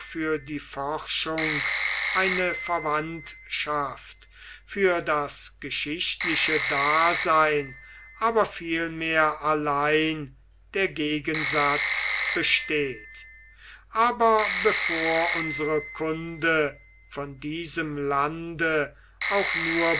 für die forschung eine verwandtschaft für das geschichtliche dasein aber vielmehr allein der gegensatz besteht aber bevor unsere kunde von diesem lande auch nur